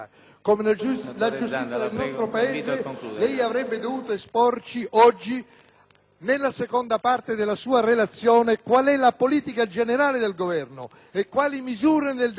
nella seconda parte della sua relazione, qual è la politica generale del Governo, quali misure nel dettaglio lei intende proporre e in quale modo intende dialogare con l'opposizione sulla riforma della giustizia